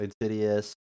Insidious